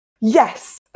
Yes